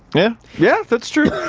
yeah, yeah, that's true.